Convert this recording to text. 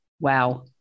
wow